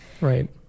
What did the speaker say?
Right